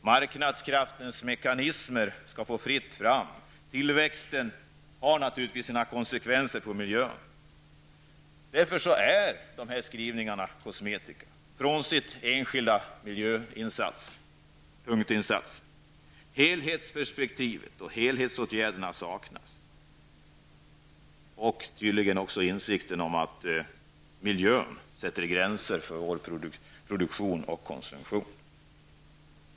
Marknadskrafternas mekanismer skall få fritt fram. Tillväxten har naturligtvis sina konsekvenser på miljön. Därför är dessa skrivningar kosmetika, bortsett från några enstaka punktinsatser. Helhetsperspektivet och helhetsåtgärderna saknas, och tydligen också insikten om att miljön sätter gränser för vår produktion och konsumtion.